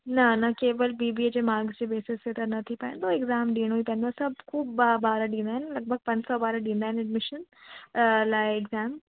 न न केवल बी बी ए जे मार्क्स जे बेसिसि ते त न थी पाईंदो एग्ज़ाम ॾियणो ई पवंदो सभु ख़ूब ॿा ॿार ॾींदा आहिनि लॻभॻि पंज सौ ॿार ॾींदा आहिनि एडमीशन लाइ एग्ज़ाम